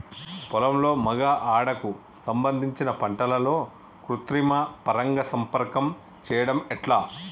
పొలంలో మగ ఆడ కు సంబంధించిన పంటలలో కృత్రిమ పరంగా సంపర్కం చెయ్యడం ఎట్ల?